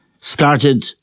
started